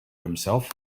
himself